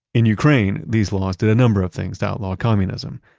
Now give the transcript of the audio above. in ukraine, these laws did a number of things to outlaw communism.